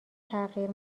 تغییر